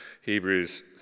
Hebrews